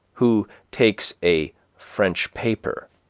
who takes a french paper,